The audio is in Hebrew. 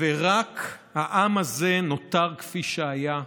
ורק העם הזה נותר כפי שהיה,